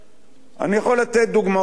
אני יכול לתת דוגמאות נוספות.